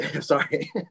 sorry